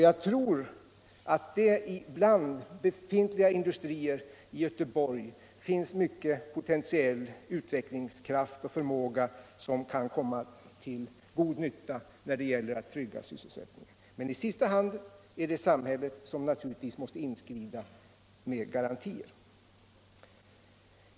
Jag tror att det bland befintliga industrier i Göteborg finns mycken potentiell utvecklingskraft och förmåga som kan komma till god nytta när det gäller att trygga sysselsättningen, men i sista hand är det naturligtvis samhället som måste inskrida med garantier.